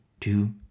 two